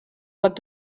pot